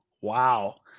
wow